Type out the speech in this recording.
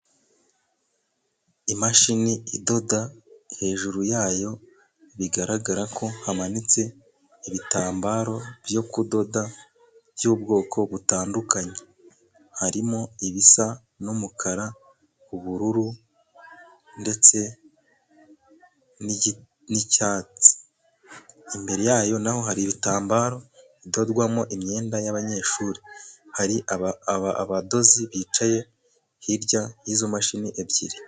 Imashini idoda, hejuru yayo bigaragara ko hamanitse ibitambaro byo kudoda, by'ubwoko butandukanye. Harimo ibisa n'umukara, ubururu, ndetse n'icyatsi. Imbere yayo naho hari ibitambaro idorwamo imyenda y'abanyeshuri. Hari abadozi bicaye hirya y'izo mashini ebyiri.